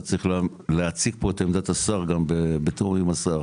אתה צריך להציג פה את עמדת השר גם בתיאום עם השר,